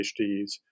PhDs